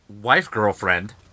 wife-girlfriend